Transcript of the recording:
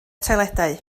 toiledau